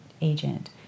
agent